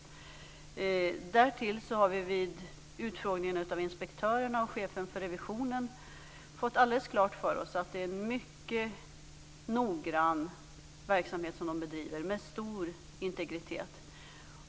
Därtill har vi vid utfrågningen av inspektörerna och chefen för revisionen fått alldeles klart för oss att det är en mycket noggrann verksamhet som de bedriver med stor integritet.